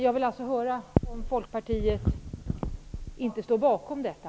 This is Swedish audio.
Jag vill alltså veta om Folkpartiet ändå inte står bakom detta.